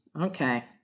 Okay